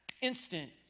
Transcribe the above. instant